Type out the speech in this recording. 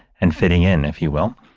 and fitting in, if you will.